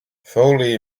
foley